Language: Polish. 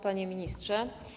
Panie Ministrze!